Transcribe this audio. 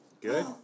Good